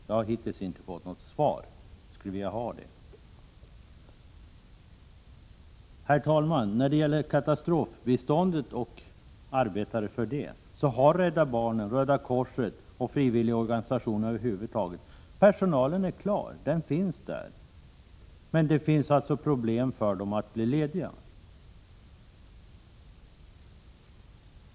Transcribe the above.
Jag har givetvis inte fått något svar, men jag skulle vilja få ett sådant. Herr talman! När det gäller ledighet för medverkan i det svenska katastrofbiståndet så har Rädda barnen, Röda korset och frivilliga organisationer över huvud taget personalfrågan klar. Personalen finns där. Men det finns problem för dessa människor att bli lediga från sina vanliga arbeten.